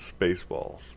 Spaceballs